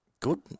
Good